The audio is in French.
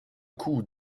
coup